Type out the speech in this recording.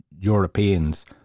Europeans